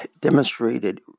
demonstrated